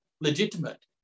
legitimate